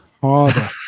harder